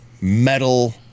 metal